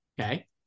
Okay